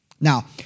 Now